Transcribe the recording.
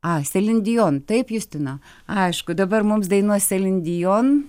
a selin dion taip justina aišku dabar mums dainuos selin dion